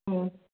ꯎꯝ